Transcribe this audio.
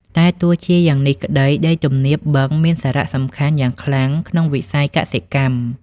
តែទោះជាយ៉ាងនេះក្ដី ដីទំនាបបឹងមានសារៈសំខាន់យ៉ាងខ្លាំងក្នុងវិស័យកសិកម្ម។